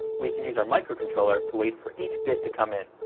we can use our microcontroller to wait for each bit to come in.